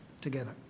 together